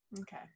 Okay